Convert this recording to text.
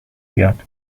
بیاد